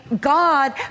God